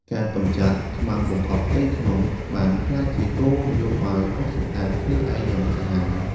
ការកម្ចាត់ "ខ្មាំងបង្កប់ផ្ទៃក្នុង" បានក្លាយជាគោលនយោបាយបោសសម្អាតគ្នាឯងយ៉ាងសាហាវ។